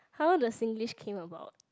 how the Singlish came about